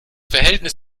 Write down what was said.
verhältnis